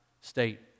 state